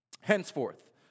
Henceforth